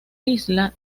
isla